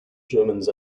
germans